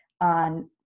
on